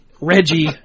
Reggie